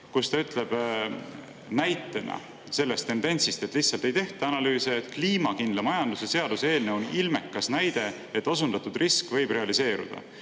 Ta [toob] näite tendentsist, et lihtsalt ei tehta analüüse. "Kliimakindla majanduse seaduse eelnõu on ilmekas näide, et osundatud risk võib realiseeruda.